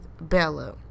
Bella